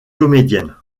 comédienne